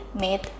made